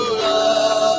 love